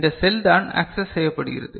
இந்த செல்தான் ஆக்சஸ் செய்யப்படுகிறது